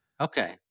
Okay